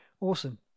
Awesome